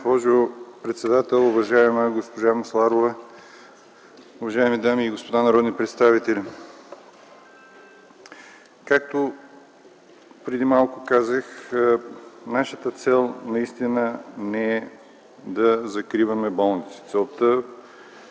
госпожо председател, уважаема госпожа Масларова, уважаеми дами и господа народни представители! Както казах преди малко, нашата цел наистина не е да закриваме болници. Целта